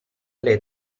alle